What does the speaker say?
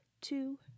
two